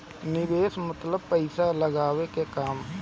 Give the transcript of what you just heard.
निवेस मतलब पइसा लगावे के काम